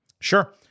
Sure